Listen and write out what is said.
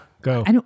go